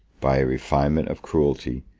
by a refinement of cruelty,